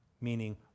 meaning